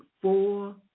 Four